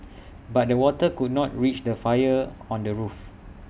but the water could not reach the fire on the roof